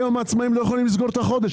היום העצמאים לא יכולים לסגור את החודש,